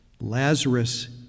Lazarus